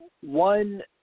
One